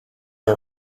are